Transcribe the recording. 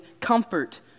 comfort